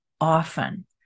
often